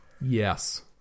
Yes